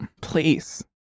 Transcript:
Please